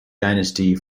dynasty